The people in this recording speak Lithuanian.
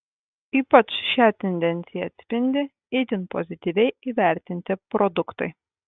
ypač šią tendenciją atspindi itin pozityviai įvertinti produktai